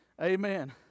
Amen